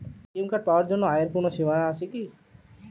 ATM card পাওয়ার জন্য আয়ের কোনো সীমা আছে কি?